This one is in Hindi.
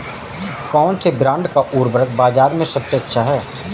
कौनसे ब्रांड का उर्वरक बाज़ार में सबसे अच्छा हैं?